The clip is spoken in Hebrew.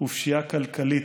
ופשיעה כלכלית.